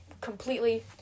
completely